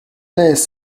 days